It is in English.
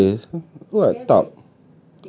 masih ada what tub